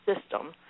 system